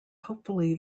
hopefully